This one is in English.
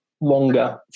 longer